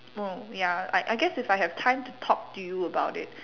oh ya I I guess if I have time to talk to you about it